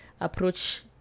approach